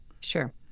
sure